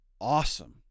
awesome